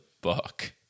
book